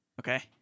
Okay